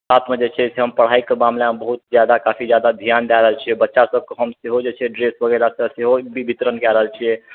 साथ मे जे छै से हम पढाइके मामला मे बहुत जादा काफी जादा ध्यान दए रहल छियै बच्चा सबके हम सेहो जे छै ड्रेस वगैरह सेहो वितरण कए रहल छियै